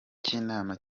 cy’inama